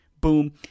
boom